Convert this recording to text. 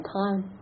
time